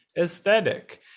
aesthetic